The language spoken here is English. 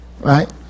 Right